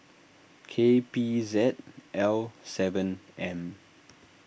K P Z L seven M